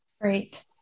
Great